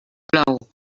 plou